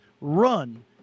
run